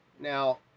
Now